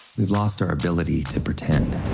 we've lost our ability to pretend.